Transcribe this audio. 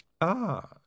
Ah